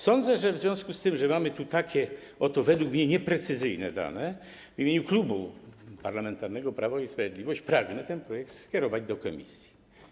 Sądzę, że w związku z tym, że mamy tu według mnie nieprecyzyjne dane, w imieniu Klubu Parlamentarnego Prawo i Sprawiedliwość pragnę ten projekt skierować do komisji.